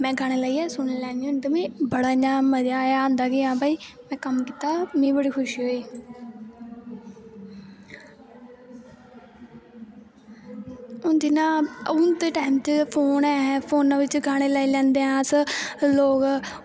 में गाने लाइयै सूनी लैन्नी होन्नी ते मिगी बड़ा मजा जेहा आंदा कि इ'यां हां भाई में कम्म कीता मिगी बड़ी खुशी होई हून जि'यां हून दे टैम च फोन ऐं फोनै बिच्च गाने लाई लैंदे अस लोग